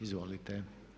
Izvolite.